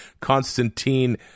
Constantine